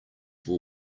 will